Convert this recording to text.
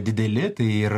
dideli ir